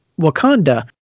Wakanda